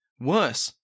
Worse